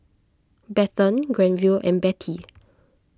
Bethann Granville and Betty